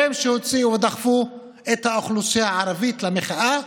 הן שהוציאו או דחפו את האוכלוסייה הערבית למחאה,